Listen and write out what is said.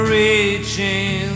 reaching